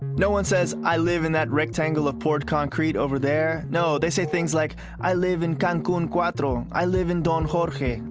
no one says i live in that rectangle or poured concrete over there. no, they say things like, i live in cancun cuatro. i live in don jorge.